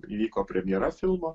įvyko premjera filmo